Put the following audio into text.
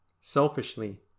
selfishly